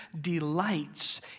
delights